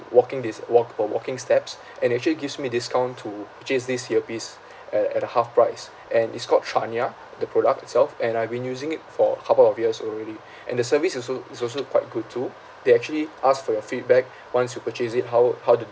walking dis~ walk or walking steps and actually gives me discount to purchase this earpiece at at a half price and it's called tranya the product itself and I've been using it for a couple of years already and the service is al~ is also quite good too they actually ask for your feedback once you purchase it how how the